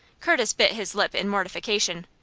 curtis bit his lip in mortification,